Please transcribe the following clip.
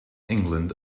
england